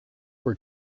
were